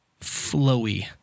flowy